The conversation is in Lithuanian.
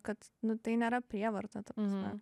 kad nu tai nėra prievarta ta prasme